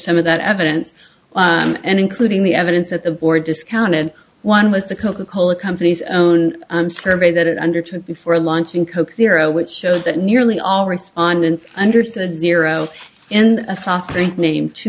some of that evidence and including the evidence at the board discounted one was the coca cola company's own survey that it undertook before launching coke zero which showed that nearly all respondents understood zero and a soft drink name to